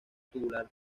tubular